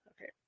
okay